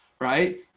right